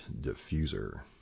Diffuser